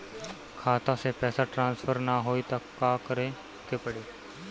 खाता से पैसा ट्रासर्फर न होई त का करे के पड़ी?